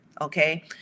okay